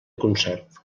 concert